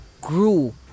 grew